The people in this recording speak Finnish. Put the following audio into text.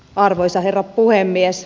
arvoisa herra puhemies